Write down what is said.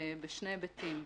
בשני היבטים.